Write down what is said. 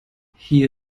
hier